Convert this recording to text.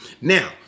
Now